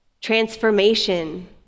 transformation